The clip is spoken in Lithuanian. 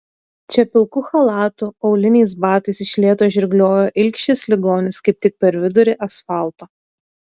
čia pilku chalatu auliniais batais iš lėto žirgliojo ilgšis ligonis kaip tik per vidurį asfalto